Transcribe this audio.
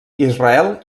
israel